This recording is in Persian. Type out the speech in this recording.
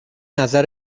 نظر